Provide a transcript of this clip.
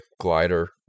glider